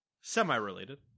Semi-related